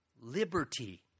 liberty